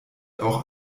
auch